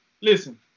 listen